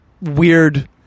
weird –